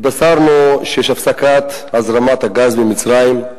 התבשרנו על הפסקת הזרמת הגז ממצרים.